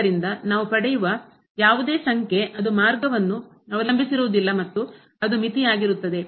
ಆದ್ದರಿಂದ ನಾವು ಪಡೆಯುವ ಯಾವುದೇ ಸಂಖ್ಯೆ ಅದು ಮಾರ್ಗವನ್ನು ಅವಲಂಬಿಸಿರುವುದಿಲ್ಲ ಮತ್ತು ಅದು ಮಿತಿಯಾಗಿರುತ್ತದೆ